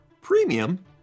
Premium